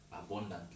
abundantly